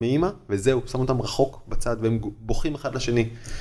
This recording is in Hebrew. מאמא, וזהו, שם אותם רחוק בצד, והם בוכים אחד לשני.